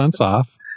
off